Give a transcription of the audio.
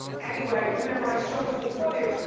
anyway, remember i showed you the footage.